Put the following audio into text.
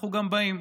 אנחנו גם באים.